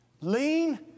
lean